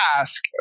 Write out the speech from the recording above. ask